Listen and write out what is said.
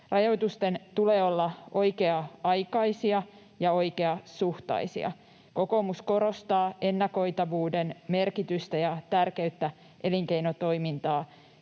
Rajoitusten tulee olla oikea-aikaisia ja oikeasuhtaisia. Kokoomus korostaa ennakoitavuuden merkitystä ja tärkeyttä elinkeinotoimintaa